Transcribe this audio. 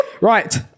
right